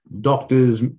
doctors